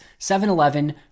7-Eleven